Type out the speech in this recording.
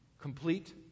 complete